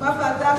הוקמה ועדה,